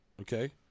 okay